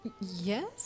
yes